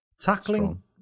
tackling